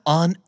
on